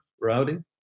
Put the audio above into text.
routing